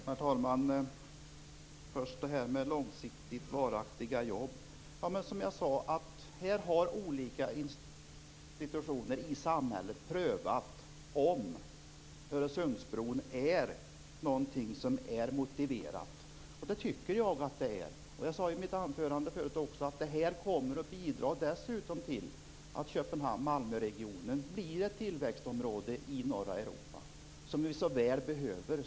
Herr talman! Jag vill först ta upp de långsiktigt varaktiga jobben. Som jag sade har olika institutioner i samhället prövat om projektet med Öresundsbron är motiverat. Jag tycker att det är det. Jag sade i mitt anförande att det dessutom kommer att bidra till att Köpenhamn-Malmöregionen blir ett tillväxtområde i norra Europa, vilket vi så väl behöver.